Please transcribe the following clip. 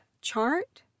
chart